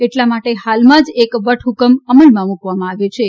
એટલા માટે હાલમાં જ એક વટહ્કમા અમલમાં મુકવામાં આવ્યું છે